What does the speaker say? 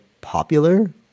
popular